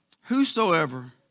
Whosoever